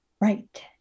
right